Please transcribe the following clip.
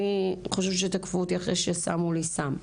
אני חושבת שתקפו אותי אחרי ששמו לי סם,